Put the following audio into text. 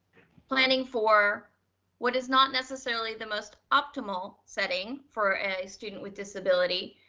planning for what is not necessarily the most optimal setting for a student with disability.